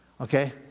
okay